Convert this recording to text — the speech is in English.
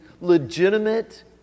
legitimate